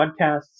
podcasts